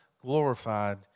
glorified